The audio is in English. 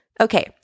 Okay